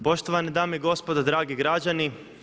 Poštovane dame i gospodo, dragi građani.